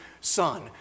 son